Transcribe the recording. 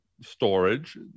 storage